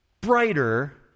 brighter